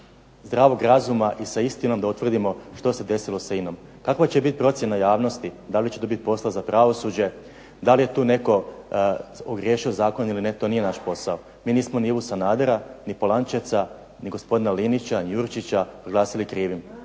zdravog razuma i sa istinom da utvrdimo što se desilo sa INA-om. Kakva će biti procjena javnosti? Da li će tu biti posla za pravosuđe? Da li je tu netko ogriješio o zakon? To nije naš posao. Mi nismo ni Ivu Sanadera, ni Polančeca, ni gospodina Linića, Jurčića proglasili krivim.